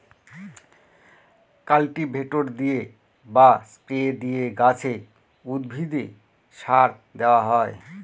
cultivator দিয়ে বা spray দিয়ে গাছে, উদ্ভিদে সার দেওয়া হয়